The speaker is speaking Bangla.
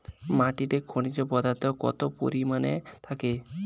মাটিতে খনিজ পদার্থ কত পরিমাণে থাকে?